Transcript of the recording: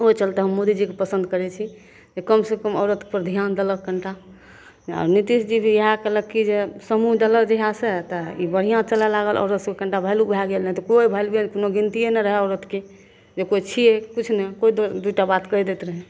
ओहि चलिते हम मोदीजीके पसन्द करै छी जे कमसे कम औरतपर धिआन देलक कनिटा नितीशजी भी इएह कएलक कि जे समूह देलक जहिआसे तऽ ई बढ़िआँ चलै लागल औरत सभके कनिटा वैल्यू भै गेल नहि तऽ कोइ वैल्युए नहि कोनो गिनतिए नहि रहै औरतके जे कोइ छिए किछु नहि कोइ दुइ दुइ टा बात कहि दैत रहै